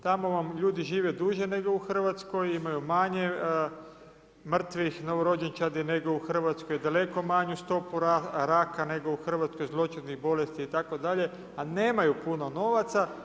Tamo vam ljudi žive duže nego u Hrvatskoj, imaju manje mrtvih novorođenčadi nego u Hrvatskoj, daleko manju stopu raka nego u Hrvatskoj, zloćudnih bolesti itd., a nemaju puno novaca.